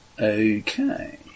Okay